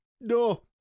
No